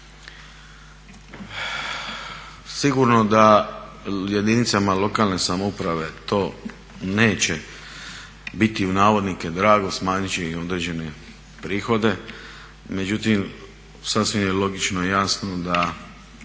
Sigurno da jedinicama lokalne samouprave to neće biti u navodnike drago, smanjit će im određene prihode. Međutim, sasvim je logično i jasno da